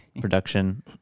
production